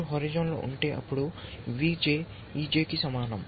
మీరు హోరిజోన్ లో ఉంటే అప్పుడు VJ e J కి సమానం